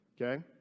Okay